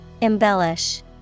Embellish